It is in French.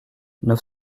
neuf